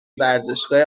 ورزشگاه